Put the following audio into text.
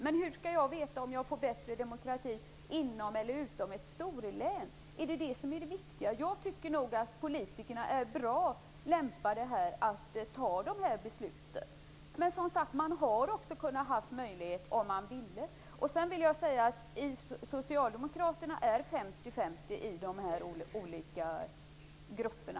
Men hur skall jag veta om jag får en bättre demokrati inom eller utom ett storlän? Är det det som är det viktiga? Jag tycker att politikerna är bra lämpade att ta de här besluten. Men man har som sagt haft möjlighet att folkomrösta om man ville. När det gäller Socialdemokraterna är könsfördelningen 50 - 50 i de olika grupperna.